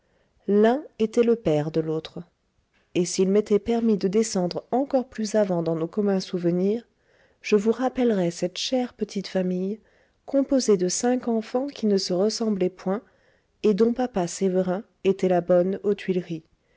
l'un était le père de l'autre et s'il m'était permis de descendre encore plus avant dans nos communs souvenirs je vous rappellerais cette chère petite famille composée de cinq enfants qui ne se ressemblaient point et dont papa sévérin était la bonne aux tuileries